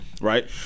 right